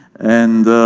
and